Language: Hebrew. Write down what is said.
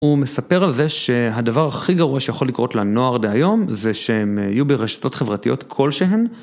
הוא מספר על זה שהדבר הכי גרוע שיכול לקרות לנוער די היום זה שהם יהיו ברשתות חברתיות כלשהן.